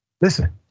Listen